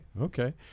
Okay